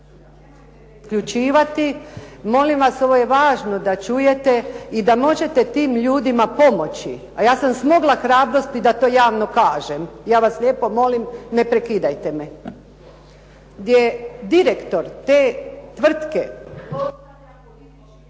i da možete tim ljudima pomoći. A ja sam smogla hrabrosti da to javno kažem i ja vas lijepo molim ne prekidajte me. Gdje direktor te tvrtke